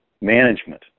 management